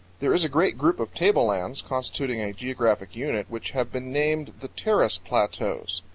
there is a great group of table-lands constituting a geographic unit which have been named the terrace plateaus.